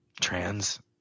trans